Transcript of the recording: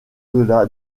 delà